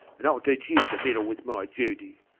and i'll teach him to meddle with my judy.